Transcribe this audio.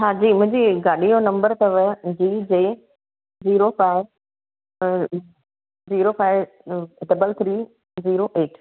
हा जी मुंहिंजी गाॾीअ जो नंबर अथव जी जे झीरो फाए अं झीरो फाए अं डबल थ्री झीरो एट